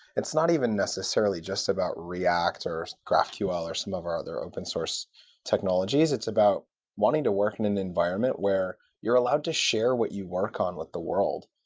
it's not even necessarily just about react or graphql or some of our other open-source technologies. it's about wanting to work in an environment where you're allowed to share what you work on with the world.